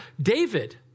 David